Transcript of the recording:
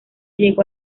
llegó